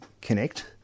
connect